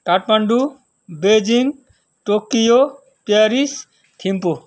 Kathmandu Beijing Tokyo Paris Thimphu